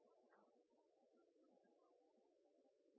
på å